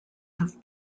have